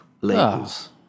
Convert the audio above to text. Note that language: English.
labels